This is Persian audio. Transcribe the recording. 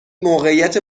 موقعیت